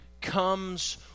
comes